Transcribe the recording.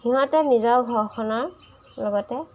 সিহঁতে নিজৰ ঘৰখনৰ লগতে